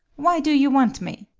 why do you want me?